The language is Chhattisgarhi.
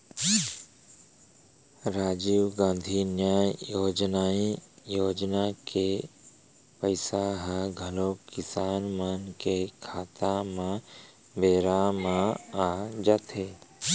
राजीव गांधी न्याय योजनाए योजना के पइसा ह घलौ किसान मन के खाता म बेरा म आ जाथे